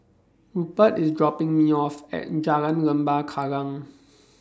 Rupert IS dropping Me off At Jalan Lembah Kallang